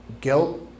guilt